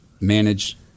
manage